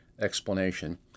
explanation